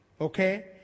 Okay